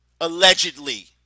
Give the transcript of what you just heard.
allegedly